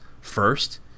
first